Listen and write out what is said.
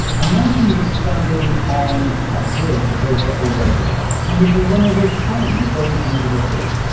imagine you're standing on a bridge over a railway line and there's a runaway train going under the bridge.